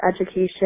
education